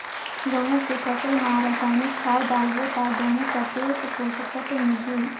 गंहू के फसल मा रसायनिक खाद डालबो ता गंहू कतेक पोषक तत्व मिलही?